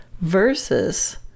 versus